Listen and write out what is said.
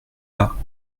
pas